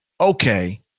okay